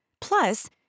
Plus